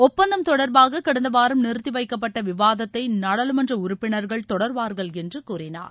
ஒப்பந்தம் தொடர்பாக கடந்த வாரம் நிறுத்தி வைக்கப்பட்ட விவாதத்தை நாடாளுமன்ற உறுப்பினர்கள் தொடர்வார்கள் என்று கூறினார்